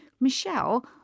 Michelle